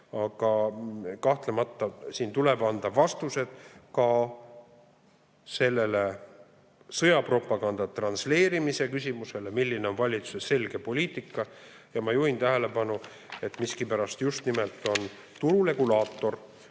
Kahtlemata siin tuleb anda vastused ka sellele sõjapropaganda transleerimise küsimusele. Milline on valitsuse selge poliitika? Ma juhin tähelepanu, et miskipärast on tururegulaator